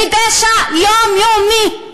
לפשע יומיומי?